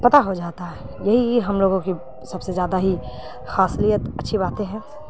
پتہ ہو جاتا ہے یہی ہم لوگوں کی سب سے زیادہ ہی خاصیت اچھی باتیں ہیں